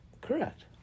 correct